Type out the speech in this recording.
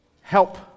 help